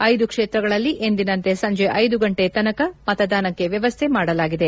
ಐದು ಕ್ಷೇತ್ರಗಳಲ್ಲಿ ಎಂದಿನಂತೆ ಸಂಜೆ ನ್ ಗಂಟೆತನಕ ಮತದಾನಕ್ಕೆ ವ್ಯವಸ್ಥೆ ಮಾಡಲಾಗಿದೆ